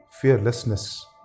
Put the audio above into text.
Fearlessness